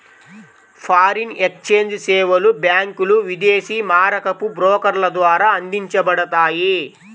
foreign exchange సేవలు బ్యాంకులు, విదేశీ మారకపు బ్రోకర్ల ద్వారా అందించబడతాయి